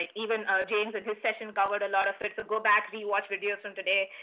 like even james in his session covered a lot of it. so go back, rewatch videos from today,